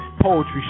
Poetry